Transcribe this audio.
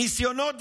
ניסיונות דריסה,